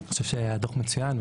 הדוח מצוין.